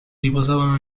riposano